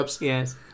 Yes